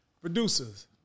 Producers